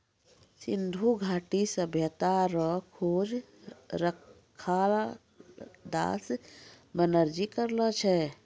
सिन्धु घाटी सभ्यता रो खोज रखालदास बनरजी करलो छै